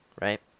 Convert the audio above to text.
right